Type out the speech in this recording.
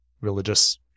religious